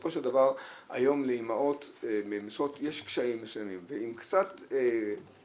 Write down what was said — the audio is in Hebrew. בסופו של דבר היום לאימהות במשרות יש קשיים מסוימים ועם קצת הגמשה